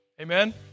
Amen